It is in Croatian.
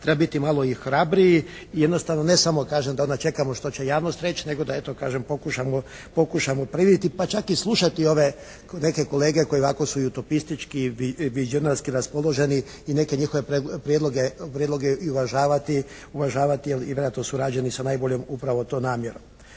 treba biti malo i hrabriji. Jednostavno, ne samo kažem da onda čekamo što će javnost reći nego da, eto kažem, pokušamo primiti pa čak i slušati ove neke kolege koji ovako su i utopistički … /Govornik se ne razumije./ … raspoloženi i neke njihove prijedloge i uvažavati jer i vjerojatno su rađeni sa najboljom upravo to namjerom.